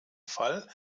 fall